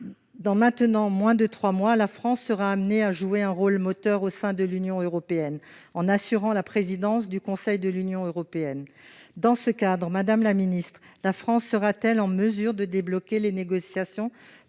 Dans moins de trois mois, la France sera amenée à jouer un rôle moteur au sein de l'Union européenne, en assurant la présidence du Conseil de l'Union européenne. Dans ce cadre, madame la ministre, sera-t-elle en mesure de débloquer les négociations